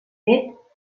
fet